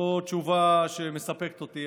זו לא תשובה שמספקת אותי.